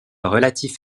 relatif